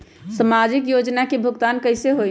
समाजिक योजना के भुगतान कैसे होई?